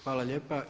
Hvala lijepa.